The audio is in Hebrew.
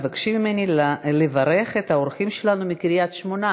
מבקשים ממני לברך את האורחים שלנו מקריית-שמונה.